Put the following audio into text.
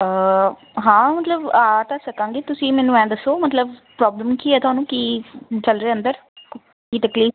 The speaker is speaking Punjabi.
ਹਾਂ ਮਤਲਬ ਆ ਤਾਂ ਸਕਾਂਗੀ ਤੁਸੀਂ ਮੈਨੂੰ ਐਂ ਦੱਸੋ ਮਤਲਬ ਪ੍ਰੋਬਲਮ ਕੀ ਹੈ ਤੁਹਾਨੂੰ ਕੀ ਚੱਲ ਰਿਹਾ ਅੰਦਰ ਤਕਲੀਫ